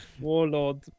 warlord